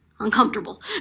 uncomfortable